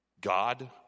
God